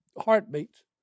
heartbeats